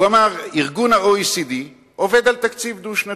הוא אמר: ה-OECD עובד על תקציב דו-שנתי,